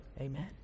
Amen